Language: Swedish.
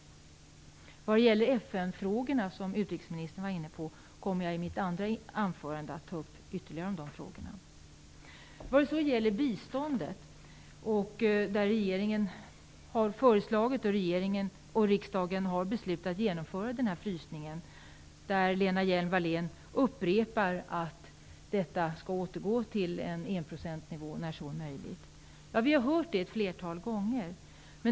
FN-frågorna, som utrikesministern var inne på, kommer jag att ta upp i mitt andra anförande senare. Vad så gäller biståndet vill jag säga att regeringen har föreslagit och riksdagen har beslutat genomföra en frysning. Lena Hjelm-Wallén upprepar att biståndet skall återgå till en enprocentsnivå när så är möjligt. Ja, vi har hört det ett flertal gånger.